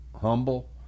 humble